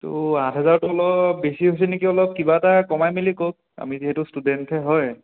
ত' আঠ হাজাৰটো অলপ বেছি হৈছে নেকি অলপ কিবা এটা কমাই মিলি কওক আমি যিহেতু ষ্টুডেণ্টহে হয়